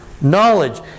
Knowledge